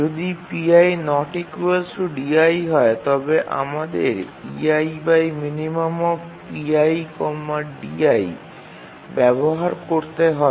যদি pi di হয় তবে আমাদেরব্যবহার করতে হবে